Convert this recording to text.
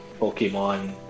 Pokemon